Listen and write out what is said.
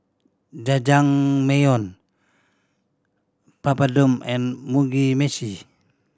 Jajangmyeon Papadum and Mugi Meshi